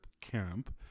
camp